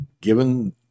given